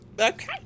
Okay